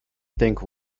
think